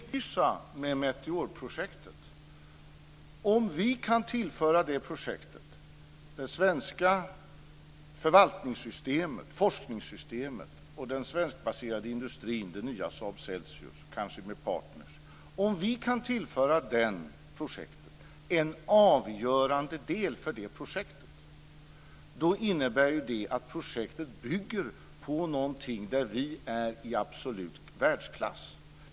Fru talman! Låt mig belysa detta med Meteorprojektet. Om vi kan tillföra det projektet det svenska förvaltningssystemet, forskningssystemet och den svenskbaserade industrin, det nya Saab Celsisus kanske med partner, en avgörande del, då innebär det att projektet bygger på någonting där vi ligger i absolut världsklass.